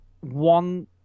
one